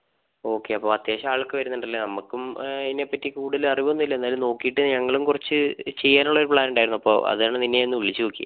okay അപ്പോൾ അത്യാവശ്യം ആളൊക്കേ വരുന്നുണ്ടല്ലേ നമുക്കും അതിനെപ്പറ്റി കൂടുതൽ അറിവൊന്നൂല്ലാ എന്നാലും നോക്കീട്ട് ഞങ്ങളും കുറച്ച് ചെയ്യാനുള്ളൊരു പ്ലാനുണ്ടായിരുന്നു അപ്പോൾ അതാണ് നിന്നേ ഞാൻ ഒന്ന് വിളിച്ച് നോക്കിയത്